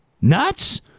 nuts